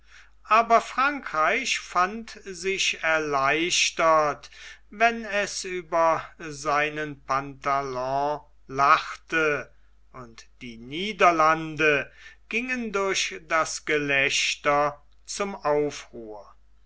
aber frankreich fand sich erleichtert wenn es über seinen pantalon lachte und die niederlande gingen durch das gelächter zum aufruhr